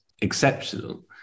exceptional